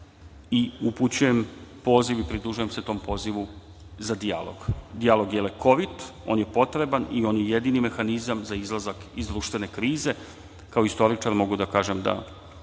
Upućujem poziv i pridružujem se tom pozivu za dijalog. Dijalog je lekovit, on je potreban i on je jedini mehanizam za izlazak iz društvene krize. Kao istoričar mogu da kažem da